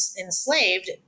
enslaved